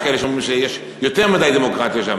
יש כאלה שאומרים שיש יותר מדי דמוקרטיה שם,